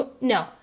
No